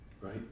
right